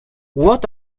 what